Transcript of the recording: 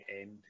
end